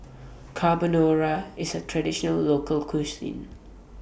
Carbonara IS A Traditional Local Cuisine